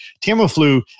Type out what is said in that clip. Tamiflu